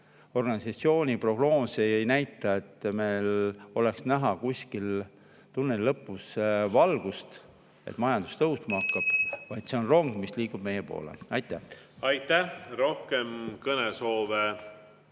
organisatsiooni prognoos ei näita, et meil oleks näha tunneli lõpus valgust, et majandus hakkab tõusma, vaid see on rong, mis liigub meie poole. Aitäh! Aitäh! Rohkem kõnesoove